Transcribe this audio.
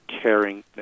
caring